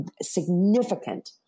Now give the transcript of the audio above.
significant